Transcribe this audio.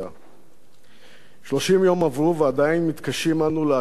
30 יום עברו, ועדיין מתקשים אנו להשלים עם לכתו,